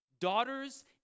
Daughters